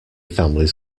families